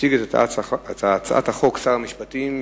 לוועדת הכלכלה נתקבלה.